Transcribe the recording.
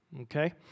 Okay